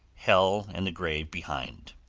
hell and the grave behind